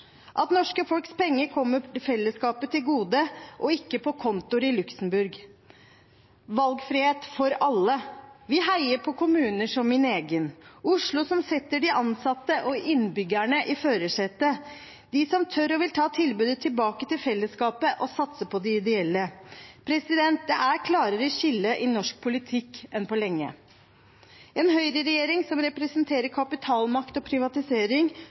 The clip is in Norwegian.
at norske folks penger kommer fellesskapet til gode og ikke på kontoer i Luxembourg. Vi heier på valgfrihet for alle. Vi heier på kommuner som min egen, Oslo, som setter de ansatte og innbyggerne i førersetet, på de som tør og vil ta tilbudet tilbake til fellesskapet og satse på de ideelle. Det er et klarere skille i norsk politikk enn på lenge – en høyreregjering som representerer kapitalmakt og privatisering,